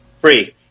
Free